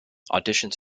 auditions